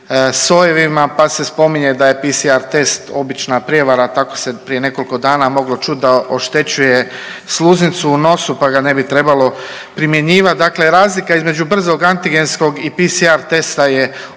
pa se spominje da je PCR test obična prijevara tako se prije nekoliko dana moglo čuti da oštećuje sluznicu u nosu pa ga ne bi trebalo primjenjivati. Dakle, razlika između brzog antigenskog i PCR testa je ogromna,